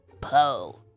Poe